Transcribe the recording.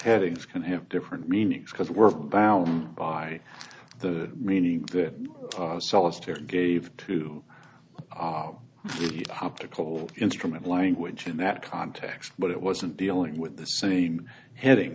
headings can have different meanings because we're bound by the meaning that solitaire gave to the optical instrument language in that context but it wasn't dealing with the same heading